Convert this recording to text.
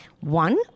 One